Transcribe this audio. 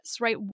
right